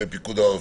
בפיקוד העורף.